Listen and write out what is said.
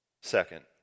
Second